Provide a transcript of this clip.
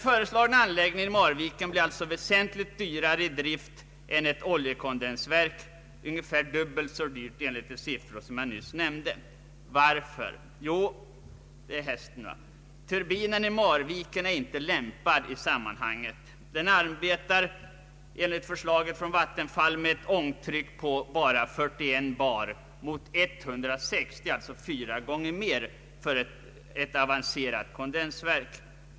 viken blir alltså väsentligt dyrare i drift än ett oljekondensverk, ungefär dubbelt så dyr enligt de siffror som jag nyss nämnde. Varför? Jo, turbinen i Marviken är inte lämpad i sammanhanget. Den arbetar enligt förslaget från Vattenfall med ett ångtryck på 41 bar mot 160 — alltså fyra gånger mer — för ett avancerat kondensverk.